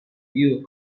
real